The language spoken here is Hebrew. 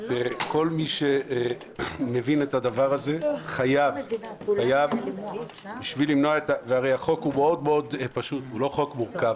כל מי שמבין את הדבר הזה חייב והרי החוק הוא חוק מאוד פשוט ולא מורכב,